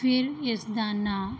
ਫਿਰ ਇਸ ਦਾ ਨਾਂ